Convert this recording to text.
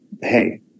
hey